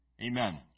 Amen